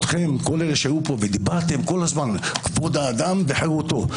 אתכם שהיו פה ודיברתם כל הזמן - כבוד האדם וחירותו.